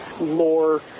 lore